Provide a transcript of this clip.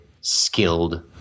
skilled